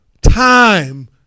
Time